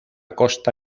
costa